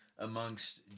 Amongst